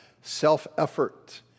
self-effort